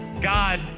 God